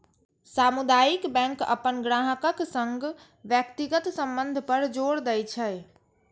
सामुदायिक बैंक अपन ग्राहकक संग व्यक्तिगत संबंध पर जोर दै छै